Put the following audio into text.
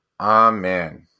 Amen